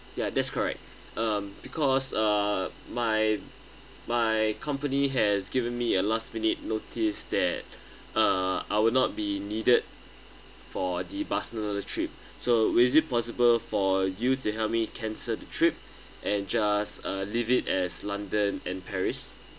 ya that's correct um because uh my my company has given me a last minute notice that uh I would not be needed for the barcelona trip so is it possible for you to help me cancel the trip and just uh leave it as london and paris